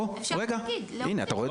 אוה, רגע, אתה רואה?